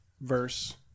verse